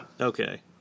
Okay